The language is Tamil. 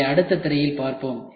அதை அடுத்த திரையில் பார்ப்போம்